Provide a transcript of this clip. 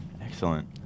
Excellent